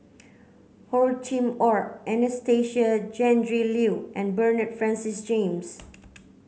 Hor Chim Or Anastasia Tjendri Liew and Bernard Francis James